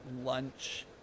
lunch